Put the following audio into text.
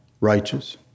righteous